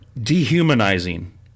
dehumanizing